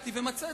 יגעתי ומצאתי.